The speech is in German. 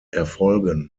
erfolgen